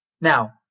Now